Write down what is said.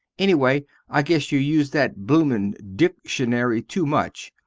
ennyway i guess you use that bloomin dickshunary two much.